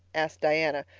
asked diana,